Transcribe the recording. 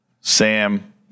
Sam